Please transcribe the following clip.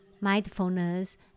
Mindfulness